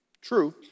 True